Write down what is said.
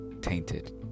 tainted